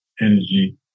energy